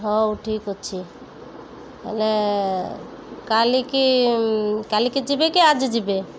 ହଉ ଠିକ ଅଛି ହେଲେ କାଲିକି କାଲିକି ଯିବେ କି ଆଜି ଯିବେ